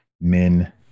men